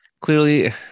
clearly